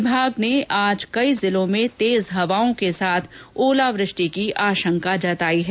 विभाग ने आज कई जिलों में तेज हवाओं के साथ ओलावृष्टि की आशंका भी जताई है